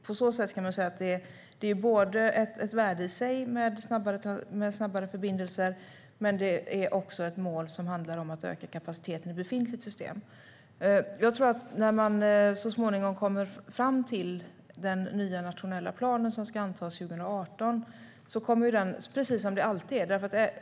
På så sätt kan man alltså säga både att snabbare förbindelser har ett värde i sig och att det finns ett mål om att öka kapaciteten i ett befintligt system. När man så småningom kommer fram till den nya nationella planen, som ska antas 2018, tror jag dock att den precis som alltid kommer att handla om prioriteringar.